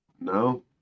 No